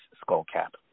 skullcap